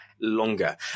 longer